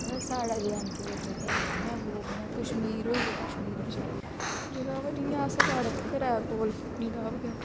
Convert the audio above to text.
अदे साढ़ै जे एडं के बिच्च ते ऐ नी ऐ कुदै जियां कश्मीर होई गेआ कश्मीर बी शैल जगह बा जियां अस साढ़ै घरै कोल पत्नीटाप गै ऐ